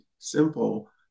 Simple